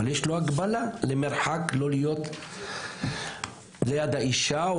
אבל יש לו הגבלה למרחק לא להיות ליד האישה,